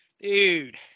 Dude